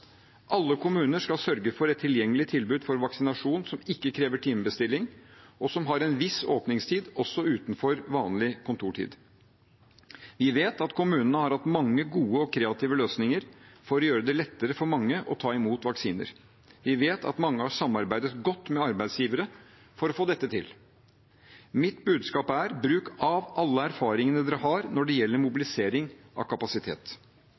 Alle kommuner skal sørge for et tilgjengelig tilbud for vaksinasjon som ikke krever timebestilling, og som har en viss åpningstid også utenfor vanlig kontortid. Vi vet at kommunene har hatt mange gode og kreative løsninger for å gjøre det lettere for mange å ta imot vaksiner. Vi vet at mange har samarbeidet godt med arbeidsgivere for å få dette til. Mitt budskap er: Bruk av alle erfaringene dere har når det gjelder mobilisering av kapasitet.